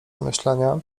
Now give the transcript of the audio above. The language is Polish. zamyślenia